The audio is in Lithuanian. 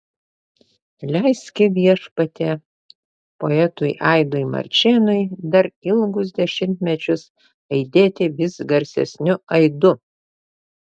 leiski viešpatie poetui aidui marčėnui dar ilgus dešimtmečius aidėti vis garsesniu aidu